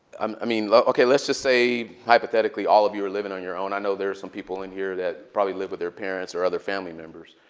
um i mean like ok, let's just say hypothetically all of you are living on your own. i know there are some people in here that probably live with their parents or other family members.